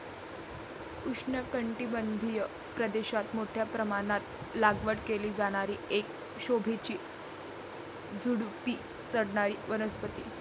उष्णकटिबंधीय प्रदेशात मोठ्या प्रमाणात लागवड केली जाणारी एक शोभेची झुडुपी चढणारी वनस्पती